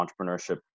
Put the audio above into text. entrepreneurship